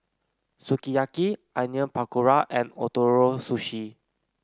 Sukiyaki Onion Pakora and Ootoro Sushi